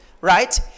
right